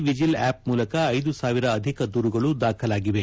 vigil app ಮೂಲಕ ಐದು ಸಾವಿರ ಅಧಿಕ ದೂರುಗಳು ದಾಖಲಾಗಿವೆ